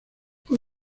fue